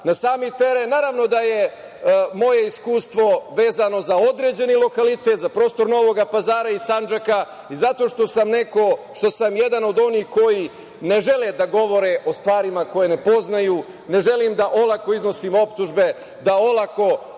na sami teren. Naravno da je moje iskustvo vezano za određeni lokalitet, za prostor Novog Pazara i Sandžaka i zato što sam što sam jedan od onih koji ne žele da govore o stvarima koje ne poznaju, ne želim da olako iznosim optužbe, da olako